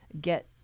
get